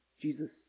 Jesus